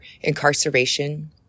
incarceration